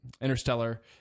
Interstellar